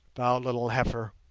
thou little heifer!